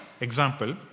Example